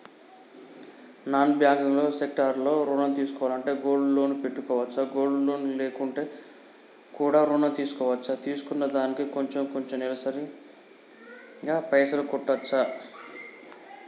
Non banking sector లో ఋణం తీసుకోవాలంటే గోల్డ్ లోన్ పెట్టుకోవచ్చా? గోల్డ్ లోన్ లేకుండా కూడా ఋణం తీసుకోవచ్చా? తీసుకున్న దానికి కొంచెం కొంచెం నెలసరి గా పైసలు కట్టొచ్చా?